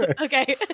Okay